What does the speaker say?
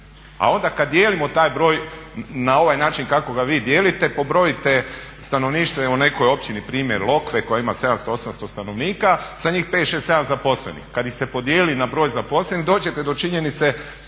A onda kad dijelimo taj broj na ovaj način kako ga vi dijelite, pobrojite stanovništvo u nekoj općini, primjer Lokve koja ima 700-800 stanovnika, sa njih 5, 6, 7 zaposlenih. Kad ih se podijeli na broj zaposlenih dođete do činjenice